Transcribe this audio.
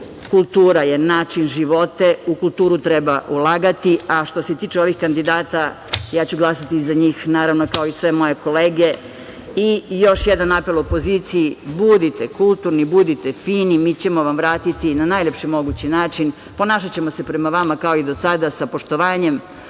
kultura je način života. U kulturu treba ulagati. Što se tiče ovih kandidata, ja ću glasati za njih, naravno kao i sve moje kolege. Još jedan apel opoziciji. Budite kulturni, budite fini, mi ćemo vam vratiti na najlepši mogući način. Ponašaćemo se prema vama kao i do sada, sa poštovanjem.